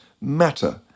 matter